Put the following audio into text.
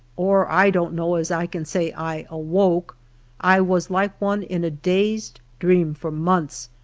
or, i don't know as i can say i awokea i was like one in a dazed dream for months,